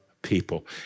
people